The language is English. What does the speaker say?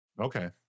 okay